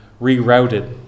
rerouted